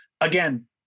Again